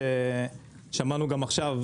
שמענו גם עכשיו,